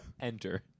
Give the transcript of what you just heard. Enter